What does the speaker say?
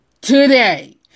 today